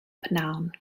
prynhawn